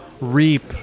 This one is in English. reap